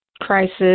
crisis